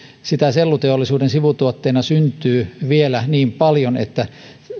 sitä selluteollisuuden sivutuotteena syntyy vielä niin paljon että